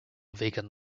vacant